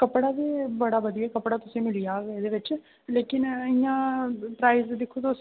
कपड़ा ते बड़ा बधिया कपडा तुसेंगी मिली जाह्ग एह्दे बिच्च लेकिन इ'यां साइज दिक्खो तुस